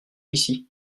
ici